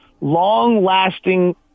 long-lasting